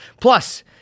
Plus